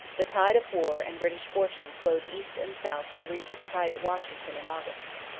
the tide of war and british fortune flowed east and south to reach its height at washington in august.